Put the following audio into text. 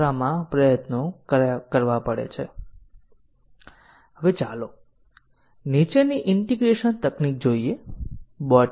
આપણે પરિવર્તિત પ્રોગ્રામ બનાવીને પ્રોગ્રામમાં ખામી દાખલ કરીએ છીએ